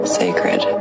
sacred